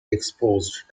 exposed